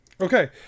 Okay